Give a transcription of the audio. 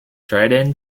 dryden